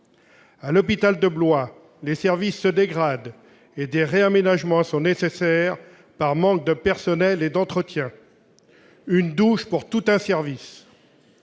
À l'hôpital de Blois, les services se dégradent et des réaménagements sont nécessaires par manque de personnel et d'entretien ; il n'y a qu'une douche pour tout un service